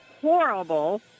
horrible